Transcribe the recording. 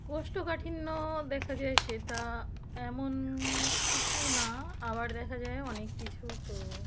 কোষ্ঠকাঠিন্য দেখা যায় সেটা এমন কিছু না আবার দেখা যায় অনেক কিছু তো